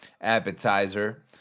appetizer